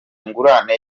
ingurane